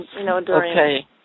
Okay